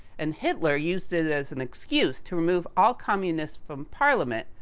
and, hitler used it as an excuse to remove all communists from parliament,